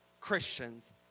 Christians